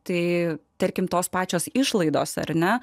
tai tarkim tos pačios išlaidos ar ne